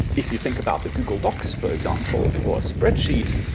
if you think about the google docs for example, or spreadsheet,